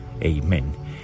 Amen